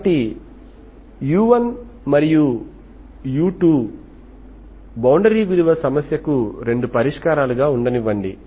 కాబట్టి u1 మరియు u2బౌండరీ విలువ సమస్యకు రెండు పరిష్కారాలుగా ఉండనివ్వండి